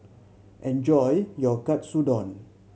enjoy your Katsudon